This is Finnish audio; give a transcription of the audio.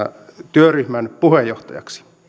työryhmän puheenjohtajaksi